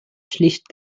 schlicht